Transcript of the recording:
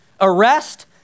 arrest